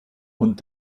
und